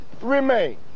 remain